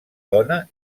dona